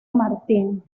martin